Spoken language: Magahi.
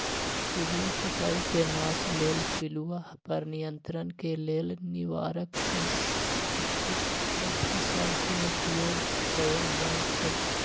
पिलूआ पताई के नाश लेल पिलुआ पर नियंत्रण के लेल निवारक सांस्कृतिक प्रथा सभ के उपयोग कएल जाइ छइ